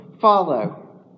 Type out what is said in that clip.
follow